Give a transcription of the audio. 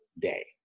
day